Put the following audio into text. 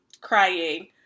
crying